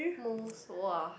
most !wah!